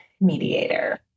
mediator